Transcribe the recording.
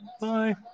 Bye